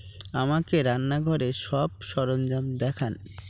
আমাকে রান্নাঘরের সব সরঞ্জাম দেখান